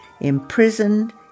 imprisoned